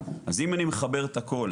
אז אם אני מחבר את הכול: